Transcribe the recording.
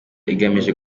igamije